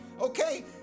okay